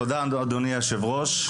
תודה אדוני היושב ראש,